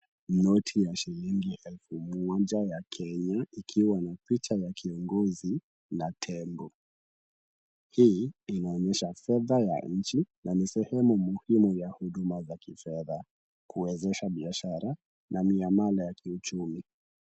Noti ya shilingi elfu moja ya Kenya ikiwa na picha ya kiongozi na tembo. Hii inaonyesha fedha ya nchi na ni sehemu muhimu ya huduma za kifedha, kuwezesha biashara na miamala ya kiuchumi.